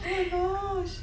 oh my gosh